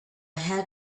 had